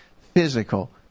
physical